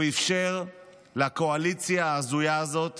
והוא אפשר לקואליציה ההזויה הזאת